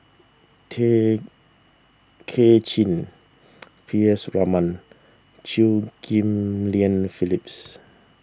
Tay Kay Chin P S Raman Chew Ghim Lian Phyllis